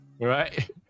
right